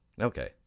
Okay